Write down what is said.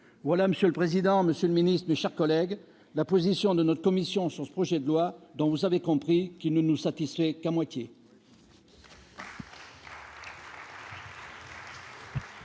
Monsieur le président, monsieur le ministre d'État, mes chers collègues, telle est la position de notre commission sur ce projet de loi, dont vous avez compris qu'il ne nous satisfait qu'à moitié.